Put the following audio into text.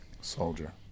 Soldier